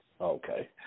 okay